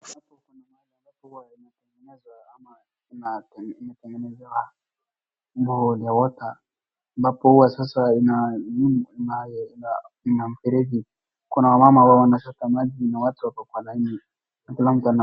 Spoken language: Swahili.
Hapo kuna mahali ambapo huwa inatengenezwa ama imetengenezewa borehole ya water ambapo huwa sasa ina nyumba naye ina mfereji. Kuna mama wanachota maji na watu wako kwa laini hakuna mtu ana.